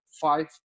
five